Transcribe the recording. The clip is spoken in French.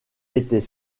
était